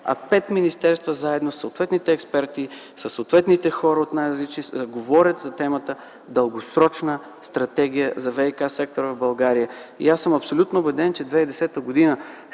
а пет министерства заедно със съответните експерти, със съответните хора от най-различни среди, говорят за темата: Дългосрочна стратегия за ВиК-сектора в България. Аз съм абсолютно убеден, че 2010 г.